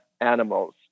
animals